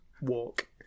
walk